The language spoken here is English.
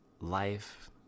life